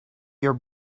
your